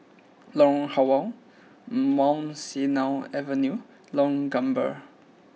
Lorong Halwa Mount Sinai Avenue Lorong Gambir